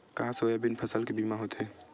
का सोयाबीन फसल के बीमा होथे?